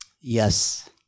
Yes